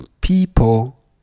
people